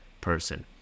person